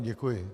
Děkuji.